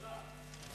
תודה.